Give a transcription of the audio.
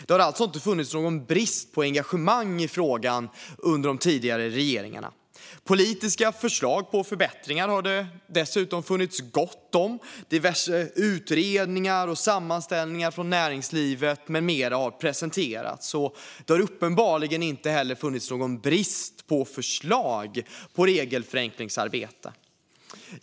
Det har alltså inte funnits någon brist på engagemang i frågan under de tidigare regeringarna. Politiska förslag på förbättringar har det dessutom funnits gott om. Diverse utredningar och sammanställningar från näringslivet med mera har presenterats, så det har uppenbarligen inte rått någon brist på förslag på regelförenklingsarbete.